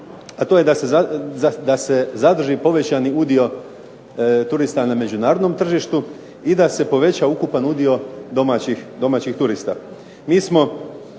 a to je da se zadrži povećani udio turista na međunarodnom tržištu i da se poveća ukupan udio domaćih turista.